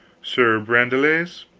sir brandiles,